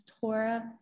torah